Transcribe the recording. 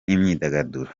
n’imyidagaduro